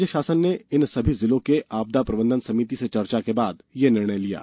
राज्य शासन ने इन सभी जिलों के आपदा प्रबंधन समिति से चर्चा के बाद ये निर्णय लिया है